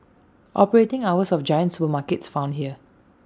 operating hours of giant supermarkets found here